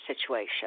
situation